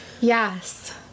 Yes